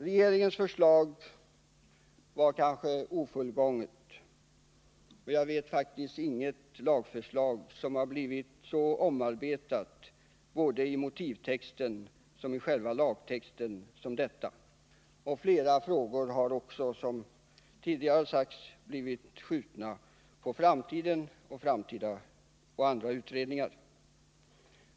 Regeringens förslag var ofullgånget. Jag vet faktiskt inget lagförslag som har blivit så omarbetat såväl i motivtexten som i själva lagtexten som detta. Flera frågor har också blivit skjutna på framtiden och hänvisats till olika utredningar.